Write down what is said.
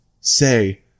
say